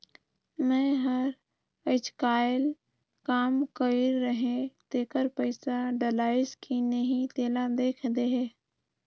मै हर अईचकायल काम कइर रहें तेकर पइसा डलाईस कि नहीं तेला देख देहे?